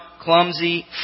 clumsy